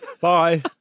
Bye